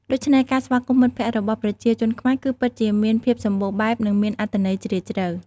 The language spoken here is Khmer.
ដូច្នេះ ការស្វាគមន៍មិត្តភក្តិរបស់ប្រជាជនខ្មែរគឺពិតជាមានភាពសម្បូរបែបនិងមានអត្ថន័យជ្រាលជ្រៅ។